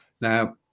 now